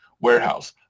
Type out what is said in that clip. warehouse